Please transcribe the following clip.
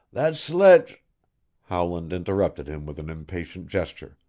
that sledge howland interrupted him with an impatient gesture.